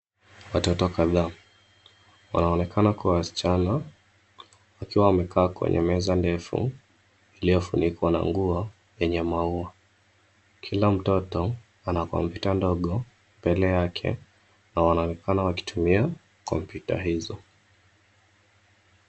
Watoto kadhaa, wanaonekana kuwa wasichana wakiwa wamekaa kwenye meza ndefu iliyofunikwa na nguo yenye maua. Kila mtoto ana kompyuta ndogo mbele yake na wanaonekana wakitumia kompyuta hizo.